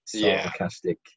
sarcastic